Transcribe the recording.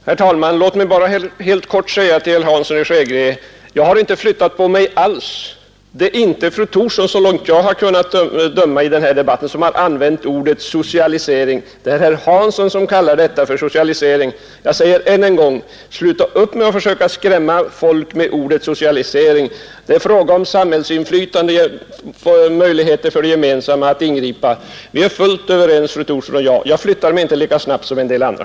Herr talman! Låt mig bara helt kort säga till herr Hansson i Skegrie att jag inte alls har flyttat min ståndpunkt. Det är så långt jag har kunnat finna inte fru Thorsson som använt ordet socialisering i denna debatt. Det är herr Hansson som kallar de föreslagna åtgärderna socialisering. Jag säger än en gång: sluta upp med att försöka skrämma folk med ordet socialisering! Det är fråga om samhällsinflytande och att ge möjligheter för det allmänna att ingripa. Fru Thorsson och jag är fullt överens, och jag flyttar mig inte lika snabbt som en del andra.